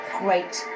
great